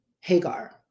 Hagar